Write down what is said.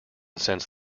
since